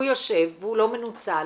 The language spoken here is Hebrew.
הוא יושב והוא לא מנוצל.